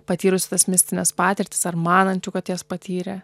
patyrus tas mistines patirtis ar manančių kad jas patyrė